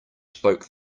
spoke